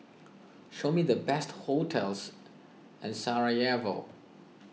show me the best hotels in Sarajevo